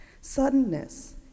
suddenness